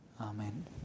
Amen